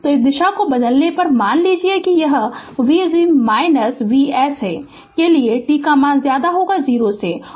इस दिशा को बदलने पर मान लीजिए कि यह V V S और के लिए t 0 ut 1 होगा तो यह V s होगा है ना